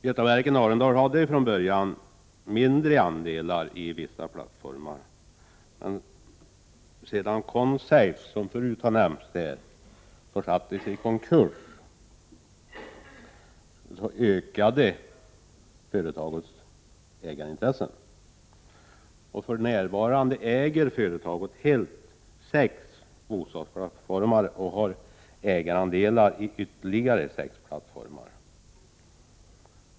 Götaverken Arendal hade från början mindre andelar i vissa plattformar, men sedan Consafe AB, som har nämnts här tidigare, försattes i konkurs ökades företagets ägarintressen. För närvarande äger företaget helt sex bostadsplatt formar och har ägarandelar i ytterligare sex plattformar.